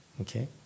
Okay